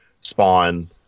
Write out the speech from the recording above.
Spawn